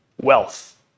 wealth